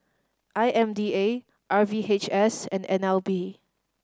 I M D A R V H S and N L B